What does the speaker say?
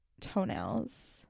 toenails